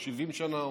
70 שנה,